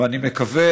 ואני מקווה,